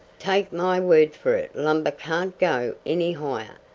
take my word for it lumber can't go any higher.